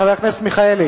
חבר הכנסת מיכאלי